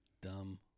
dumb